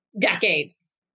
decades